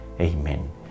amen